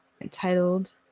entitled